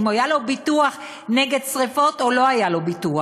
אם היה לו ביטוח נגד שרפות או לא היה לו ביטוח.